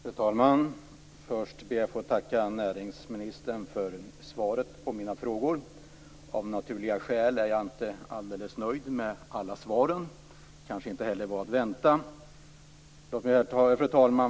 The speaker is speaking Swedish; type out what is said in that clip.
Fru talman! Först ber jag att få tacka näringsministern för svaret på mina frågor. Av naturliga skäl är jag inte alldeles nöjd med alla svar. Det kanske inte heller var att vänta. Fru talman!